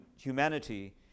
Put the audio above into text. humanity